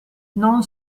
non